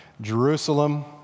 Jerusalem